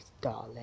darling